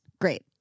Great